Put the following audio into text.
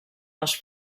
les